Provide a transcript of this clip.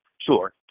sure